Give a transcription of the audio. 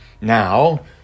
now